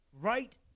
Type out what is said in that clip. right